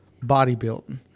bodybuilding